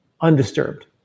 undisturbed